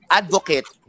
advocate